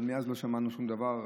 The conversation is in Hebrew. אבל מאז לא שמענו שום דבר.